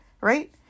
Right